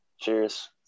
cheers